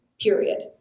period